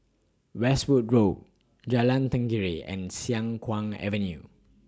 Westwood Road Jalan Tenggiri and Siang Kuang Avenue